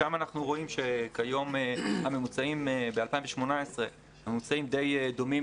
שם אנחנו רואים שהממוצעים ב-2018 די דומים